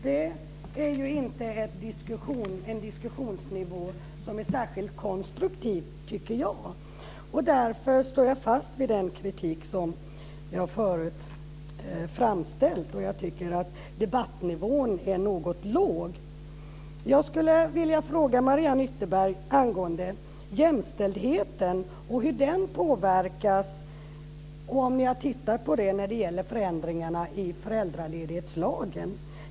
Det tycker jag inte är en diskussionsnivå som är särskilt konstruktiv. Därför står jag fast vid den kritik som jag förut framställt. Jag tycker att debattnivån är något låg. Jag skulle vilja fråga Mariann Ytterberg angående jämställdheten och hur den påverkas om man tittar på förändringarna i föräldraledighetslagen.